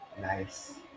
Nice